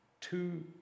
Two